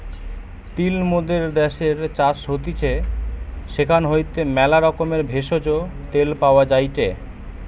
তিল মোদের দ্যাশের চাষ হতিছে সেখান হইতে ম্যালা রকমের ভেষজ, তেল পাওয়া যায়টে